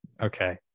okay